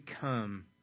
come